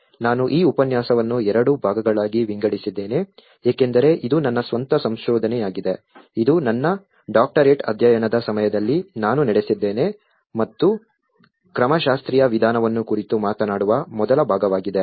ನಾನು ಈ ಉಪನ್ಯಾಸವನ್ನು ಎರಡು ಭಾಗಗಳಾಗಿ ವಿಂಗಡಿಸಿದ್ದೇನೆ ಏಕೆಂದರೆ ಇದು ನನ್ನ ಸ್ವಂತ ಸಂಶೋಧನೆಯಾಗಿದೆ ಇದು ನನ್ನ ಡಾಕ್ಟರೇಟ್ ಅಧ್ಯಯನದ ಸಮಯದಲ್ಲಿ ನಾನು ನಡೆಸಿದ್ದೇನೆ ಮತ್ತು ಕ್ರಮಶಾಸ್ತ್ರೀಯ ವಿಧಾನವನ್ನು ಕುರಿತು ಮಾತನಾಡುವ ಮೊದಲ ಭಾಗವಾಗಿದೆ